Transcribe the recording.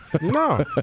No